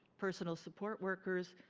personal support workers,